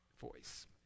voice